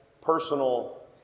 personal